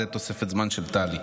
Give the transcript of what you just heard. זו תוספת זמן של טלי.